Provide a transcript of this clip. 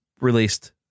released